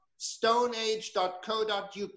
stoneage.co.uk